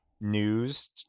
news